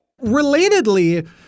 Relatedly